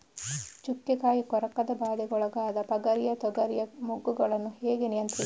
ಚುಕ್ಕೆ ಕಾಯಿ ಕೊರಕದ ಬಾಧೆಗೊಳಗಾದ ಪಗರಿಯ ತೊಗರಿಯ ಮೊಗ್ಗುಗಳನ್ನು ಹೇಗೆ ನಿಯಂತ್ರಿಸುವುದು?